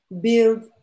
build